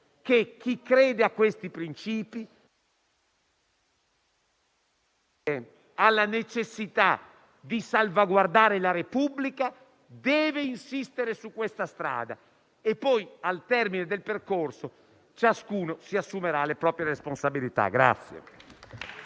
che chi crede a questi principi e alla necessità di salvaguardare la Repubblica deve insistere su questa strada e, poi, al termine del percorso, ciascuno si assumerà le proprie responsabilità.